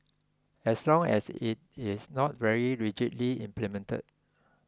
as long as it is not very rigidly implemented